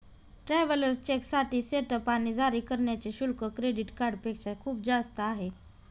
travellers चेकसाठी setup आणि जारी करण्याचे शुल्क क्रेडिट कार्डपेक्षा खूप जास्त आहे